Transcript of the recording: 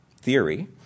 theory